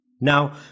Now